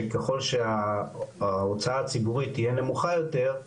שככל שההוצאה הציבורית תהיה נמוכה יותר,